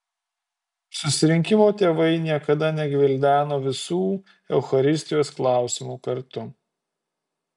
susirinkimo tėvai niekada negvildeno visų eucharistijos klausimų kartu